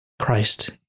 Christ